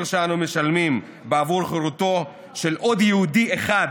שאנו משלמים בעבור חירותו של עוד יהודי אחד